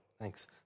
Thanks